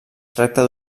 tracta